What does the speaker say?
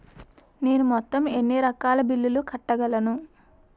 నేను మొత్తం ఎన్ని రకాల బిల్లులు కట్టగలను?